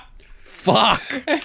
Fuck